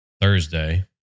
Thursday